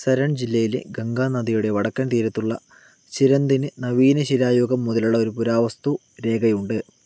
സരൺ ജില്ലയിലെ ഗംഗാ നദിയുടെ വടക്കൻ തീരത്തുള്ള ചിരന്ദിന് നവീന ശിലായുഗം മുതലുള്ള ഒരു പുരാവസ്തു രേഖയുണ്ട്